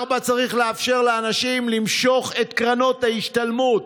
3. צריך לאפשר לאנשים למשוך את קרנות ההשתלמות.